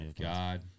God